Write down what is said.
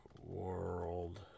world